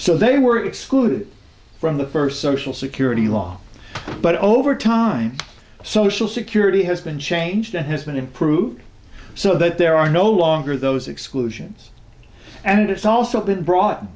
so they were excluded from the first social security law but over time social security has been changed and has been improved so that there are no longer those exclusions and it's also been brought